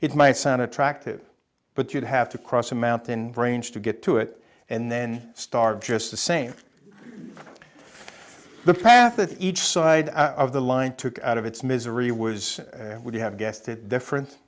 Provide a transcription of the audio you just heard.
it might sound attractive but you'd have to cross a mountain range to get to it and then start just the same the path each side of the line took out of its misery was would you have guessed it differen